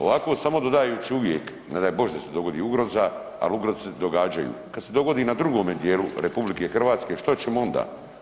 Ovako samo dodajući uvijek, ne daj Bože da se dogodi ugroza, al ugroze se događaju, kad se dogodi na drugome dijelu RH što ćemo onda?